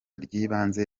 ry’ibanze